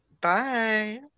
Bye